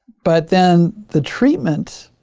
but then the treatment